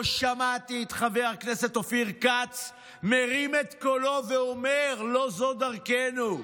לא שמעתי את חבר הכנסת אופיר כץ מרים את קולו ואומר: לא זו דרכנו.